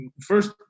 first